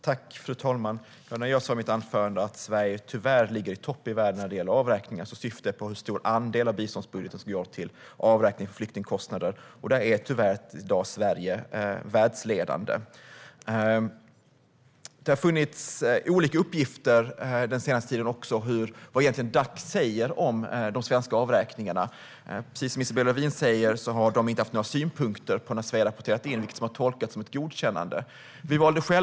Fru ålderspresident! När jag sa i mitt anförande att Sverige tyvärr ligger i topp i världen när det gäller avräkningar syftade jag på hur stor andel av biståndsbudgeten som går till avräkning för flyktingkostnader, och här är Sverige tyvärr världsledande i dag. Det förekommer olika uppgifter om vad Dac egentligen säger om de svenska avräkningarna. Precis som Isabella Lövin säger har Dac inte haft några synpunkter på vad Sverige har rapporterat in, vilket har tolkats som ett godkännande.